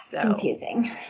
Confusing